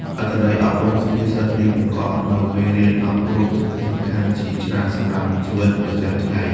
អត្ថន័យអប់រំសុភាសិតនេះបង្កប់នូវមេរៀនអប់រំសំខាន់ៗជាច្រើនសម្រាប់ជីវិតប្រចាំថ្ងៃ។